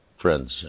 friends